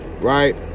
right